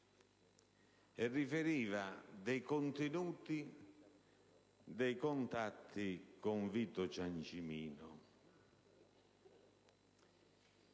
E riferiva dei contenuti dei contatti con Vito Ciancimino.